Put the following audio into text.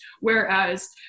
Whereas